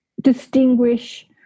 distinguish